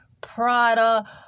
Prada